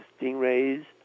stingrays